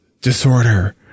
disorder